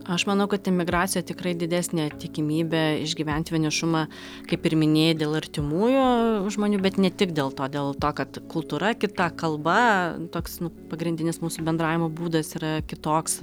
aš manau kad emigracija tikrai didesnė tikimybė išgyvent vienišumą kaip ir minėjai dėl artimųjų žmonių bet ne tik dėl to dėl to kad kultūra kita kalba toks nu pagrindinis mūsų bendravimo būdas yra kitoks